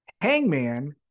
hangman